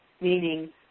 meaning